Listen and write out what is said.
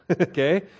Okay